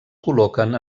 col·loquen